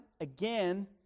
again